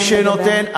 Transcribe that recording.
מי שנותן,